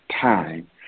time